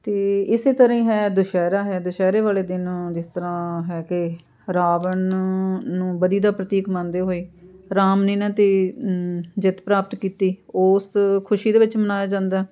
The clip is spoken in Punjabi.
ਅਤੇ ਇਸੇ ਤਰ੍ਹਾਂ ਹੀ ਹੈ ਦੁਸ਼ਹਿਰਾ ਹੈ ਦੁਸ਼ਹਿਰੇ ਵਾਲੇ ਦਿਨ ਜਿਸ ਤਰ੍ਹਾਂ ਹੈ ਕਿ ਰਾਵਣ ਨੂੰ ਨੂੰ ਬਦੀ ਦਾ ਪ੍ਰਤੀਕ ਮੰਨਦੇ ਹੋਏ ਰਾਮ ਨੇ ਇਹਨਾਂ 'ਤੇ ਜਿੱਤ ਪ੍ਰਾਪਤ ਕੀਤੀ ਉਸ ਖੁਸ਼ੀ ਦੇ ਵਿੱਚ ਮਨਾਇਆ ਜਾਂਦਾ